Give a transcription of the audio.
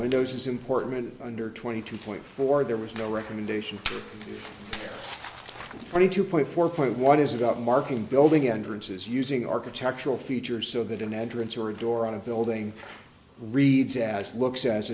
windows is important under twenty two point four there was no recommendation twenty two point four point one is about marking building entrances using architectural features so that an entrance or a door on a building reads as looks as